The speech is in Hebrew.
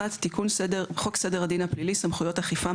תיקון חוק סדר הדין הפלילי (סמכויות אכיפה,